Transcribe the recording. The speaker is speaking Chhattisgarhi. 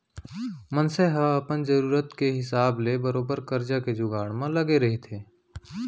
मनसे ह अपन जरुरत के हिसाब ले बरोबर करजा के जुगाड़ म लगे रहिथे